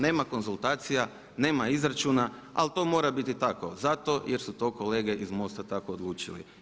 Nema konzultacija, nema izračuna ali to mora biti tako, zato jer su to kolege iz MOST-a tako odlučili.